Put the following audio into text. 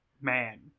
Man